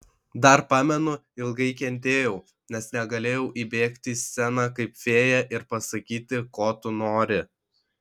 dar pamenu ilgai kentėjau nes negalėjau įbėgti į sceną kaip fėja ir pasakyti ko tu nori